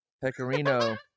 Pecorino